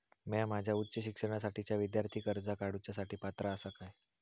म्या माझ्या उच्च शिक्षणासाठीच्या विद्यार्थी कर्जा काडुच्या साठी पात्र आसा का?